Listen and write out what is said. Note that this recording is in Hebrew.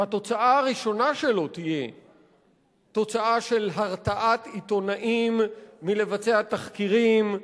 שהתוצאה הראשונה שלו תהיה הרתעת עיתונאים מלבצע תחקירים,